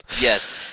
Yes